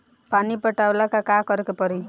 पानी पटावेला का करे के परी?